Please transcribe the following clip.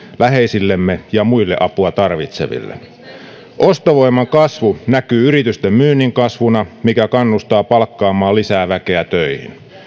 läheisillemme ja muille apua tarvitseville ostovoiman kasvu näkyy yritysten myynnin kasvuna mikä kannustaa palkkaamaan lisää väkeä töihin